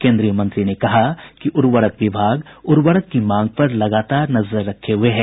केंद्रीय मंत्री ने कहा कि उर्वरक विभाग उर्वरक की मांग पर लगातार नजर रखे हुए है